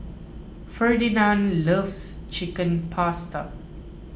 Ferdinand loves Chicken Pasta